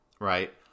right